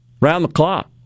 round-the-clock